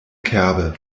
kerbe